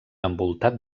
envoltat